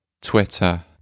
Twitter